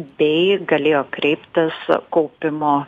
bei galėjo kreiptis kaupimo